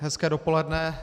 Hezké dopoledne.